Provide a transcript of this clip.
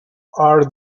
are